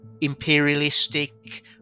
imperialistic